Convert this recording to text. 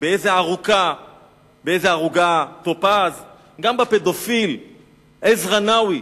באיזו ערוגה טופז, גם לא בפדופיל עזרא נאווי,